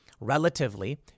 Relatively